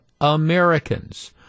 americans